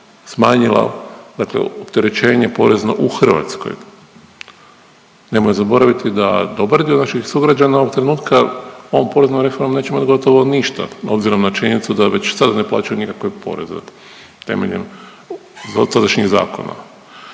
smanjila, dakle opterećenje porezno u Hrvatskoj. Nemoj zaboraviti da dobar dio naših sugrađana ovog trenutka ovom poreznom reformom neće imati gotovo ništa obzirom na činjenicu da već sad ne plaćaju nikakve poreze temeljem dosadašnjih zakona.